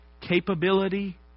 capability